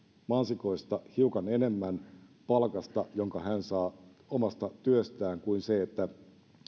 mansikoista hiukan enemmän palkasta jonka hän saa omasta työstään kuin se että